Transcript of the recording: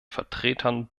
vertretern